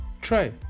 try